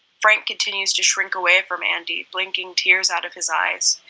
frank continues to shrink away from andy, blinking tears out of his eyes.